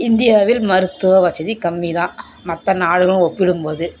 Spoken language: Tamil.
இந்தியாவில் மருத்துவ வசதி கம்மி தான் மற்ற நாடுகளும் ஒப்பிடும் போது